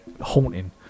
Haunting